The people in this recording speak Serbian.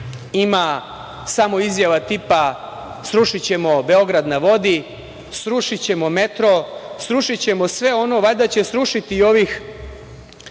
ima samo izjava tipa – srušićemo „Beograd na vodi“, srušićemo metro, srušićemo sve ono. Valjda će srušiti i ovih